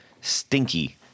stinky